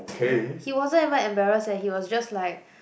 ya he wasn't even embarrassed eh he was just like